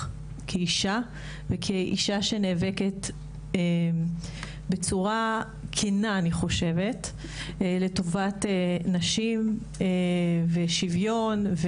כאישה וכאישה שנאבקת בצורה כנה לטובת נשים ושוויון.